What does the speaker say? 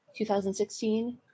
2016